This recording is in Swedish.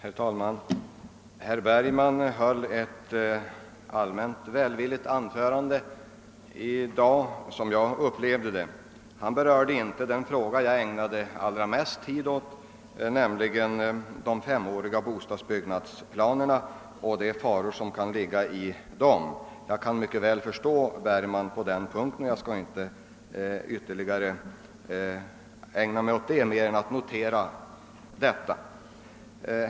Herr talman! Herr Bergman höll ett allmänt välvilligt anförande i dag, som jag upplevde det. Han berörde emellertid inte den fråga jag ägnade allra mest tid åt och kritik, nämligen de femåriga bostadsbyggnadsplanerna och de vådor som ligger i dem. Jag kan mycket väl förstå honom på den punkten, och jag skall inte ytterligare ta upp saken. Jag har bara velat notera förhållandet.